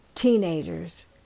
Teenagers